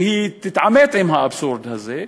שהיא תתעמת עם האבסורד הזה,